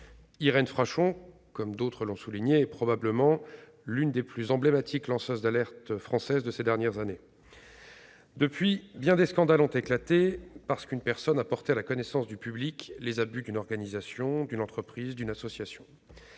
Irène Frachon- d'autres l'ont souligné -est probablement l'une des plus emblématiques lanceuses d'alerte françaises de ces dernières années. Depuis, bien des scandales ont éclaté parce qu'une personne a porté à la connaissance du public les abus d'une organisation, d'une entreprise ou d'une association.